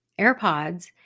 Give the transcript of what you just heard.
AirPods